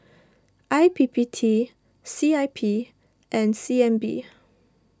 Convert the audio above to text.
I P P T C I P and C N B